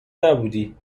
نبودی